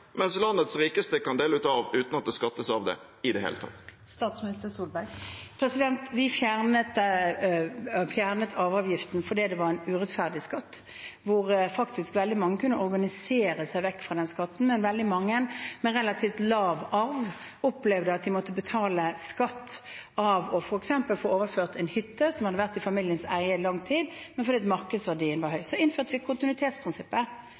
mens landets rikeste kan dele ut arv uten at det skattes av det i det hele tatt? Vi fjernet arveavgiften fordi det var en urettferdig skatt, og veldig mange kunne faktisk organisere seg vekk fra den skatten. Veldig mange med relativt lav arv opplevde at de måtte betale skatt av f.eks. å få overført en hytte, som hadde vært i familiens eie i lang tid, fordi markedsverdien var høy. Så innførte vi kontinuitetsprinsippet,